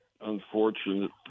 unfortunate